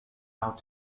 out